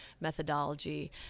methodology